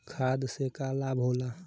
खाद्य से का लाभ होला?